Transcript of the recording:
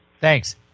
Thanks